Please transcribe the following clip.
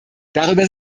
darüber